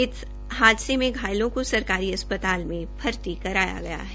इस हादसे घायलों को सरकारी अस्पताल में भर्ती करवाया गया है